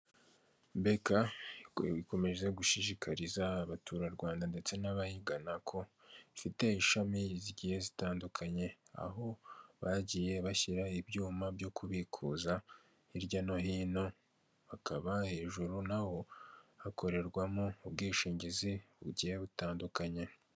Beka ikomeje gushishikariza abaturarwanda ndetse n'abayigana, ko ifite ishamiri zigiye zitandukanye, aho bagiye bashyira ibyuma byo kubikuza hirya no hino, bakaba hejuru naho hakorerwamo ubwishingizi bugiye butandukanye.